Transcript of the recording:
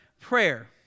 prayer